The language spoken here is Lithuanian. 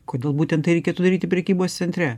kodėl būtent tai reikėtų daryti prekybos centre